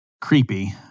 creepy